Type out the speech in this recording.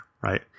right